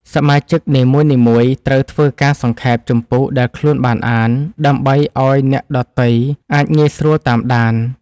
សមាជិកនីមួយៗត្រូវធ្វើការសង្ខេបជំពូកដែលខ្លួនបានអាន ដើម្បីឱ្យអ្នកដទៃអាចងាយស្រួលតាមដាន។